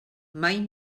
mai